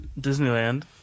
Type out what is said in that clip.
Disneyland